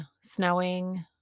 snowing